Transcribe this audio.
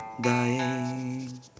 dying